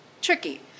tricky